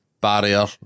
barrier